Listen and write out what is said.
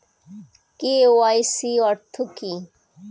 KYC অর্থ কি?